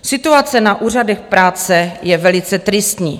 Situace na úřadech práce je velice tristní.